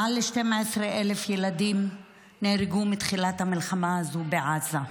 מעל 12,000 ילדים נהרגו מתחילת המלחמה הזו בעזה,